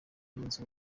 yunze